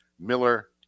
Miller